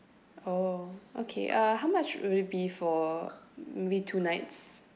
oh okay uh how much would it be for maybe two nights